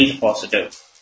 positive